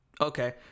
Okay